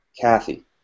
Kathy